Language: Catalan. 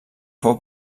fou